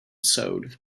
sewed